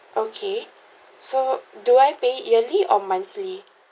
okay so do I pay yearly or monthly